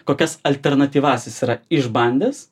kokias alternatyvas jis yra išbandęs